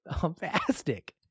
fantastic